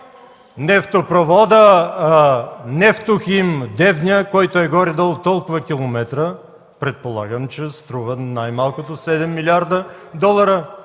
Нефтопроводът „Нефтохим” – „Девня”, който е горе-долу толкова километра, предполагам, че струва най-малкото 7 млрд. долара.